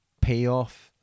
payoff